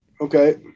Okay